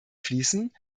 fließen